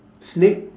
snake